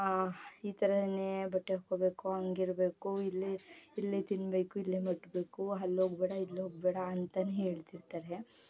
ಈಥರವೇ ಬಟ್ಟೆ ಹಾಕೊಬೇಕು ಹಾಗಿರ್ಬೇಕು ಇಲ್ಲಿ ಇಲ್ಲೇ ತಿನ್ನಬೇಕು ಇಲ್ಲೇ ಮುಟ್ಟಬೇಕು ಅಲ್ ಹೋಗಬೇಡ ಇಲ್ಲಿ ಹೋಗಬೇಡ ಅಂತಲೇ ಹೇಳ್ತಿರ್ತಾರೆ